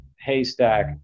haystack